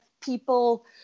people